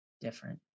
different